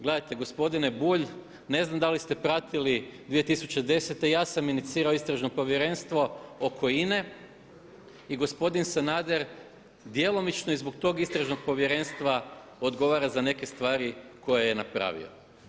Gledajte gospodine Bulj ne znam da li ste pratili 2010. ja sam inicirao istražno povjerenstvo oko INA-e i gospodin Sanader djelomično i zbog tog istražnog povjerenstva odgovara za neke stvari koje je napravio.